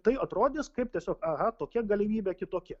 tai atrodys kaip tiesiog aha tokia galimybė kitokia